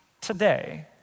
today